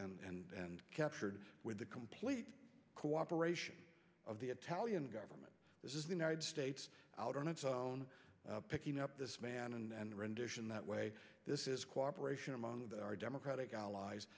about and captured with the complete cooperation of the italian government this is the united states out on its own picking up this man and rendition that way this is cooperation among our democratic allies